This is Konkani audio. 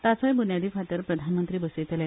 ताचोय बुन्यादी फातर प्रधानमंत्री बसयतले